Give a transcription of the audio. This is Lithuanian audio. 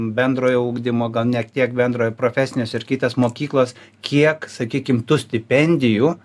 bendrojo ugdymo gal ne tiek bendrojo profesinės ir kitos mokyklos kiek sakykim tų stipendijų